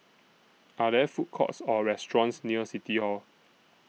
Are There Food Courts Or restaurants near City Hall